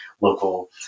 local